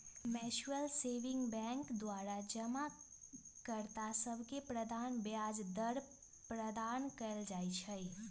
mutual saving bank द्वारा जमा कर्ता सभके निम्मन ब्याज दर प्रदान कएल जाइ छइ